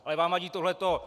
Ale vám vadí tohleto.